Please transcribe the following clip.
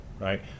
right